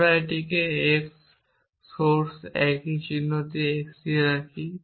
আমরা এটিকে x souse একই চিহ্ন x দিয়ে রাখি